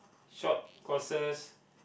short courses